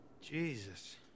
Jesus